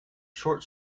short